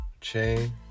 Chain